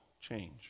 change